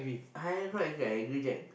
I am not angry I angry Jack